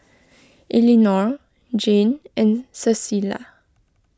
Elinore Jane and Cecilia